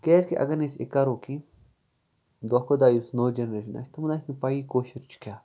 کیازِ کہِ اَگر نہٕ أسۍ یہِ کرو کِہینۍ دۄہ کھۄتہٕ دۄہ یُس نٔو جینریشن آسہِ تِمن آسہِ نہٕ پَیی کٲشُر چھُ کیاہ